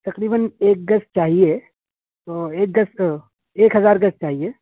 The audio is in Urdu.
تقریباً ایک گز چاہیے تو ایک گز اور ایک ہزار گز چاہیے